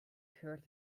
heard